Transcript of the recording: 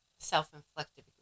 self-inflicted